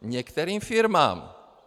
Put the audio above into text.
Některým firmám.